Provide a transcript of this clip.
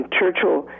Churchill